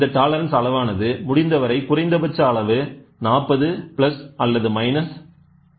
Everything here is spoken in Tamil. இந்த டாலரன்ஸ் அளவானது முடிந்தவரை குறைந்தபட்ச அளவு 40 பிளஸ் அல்லது மைனஸ் 0